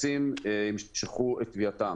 האישים של השרה שמונעת את הבדיקות האלה,